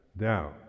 down